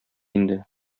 инде